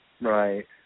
Right